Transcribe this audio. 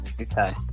Okay